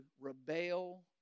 rebel